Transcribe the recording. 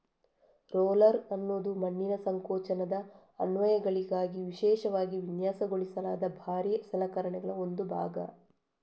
roller ಅನ್ನುದು ಮಣ್ಣಿನ ಸಂಕೋಚನದ ಅನ್ವಯಗಳಿಗಾಗಿ ವಿಶೇಷವಾಗಿ ವಿನ್ಯಾಸಗೊಳಿಸಲಾದ ಭಾರೀ ಸಲಕರಣೆಗಳ ಒಂದು ಭಾಗ